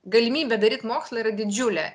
galimybė daryt mokslą yra didžiulė